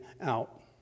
out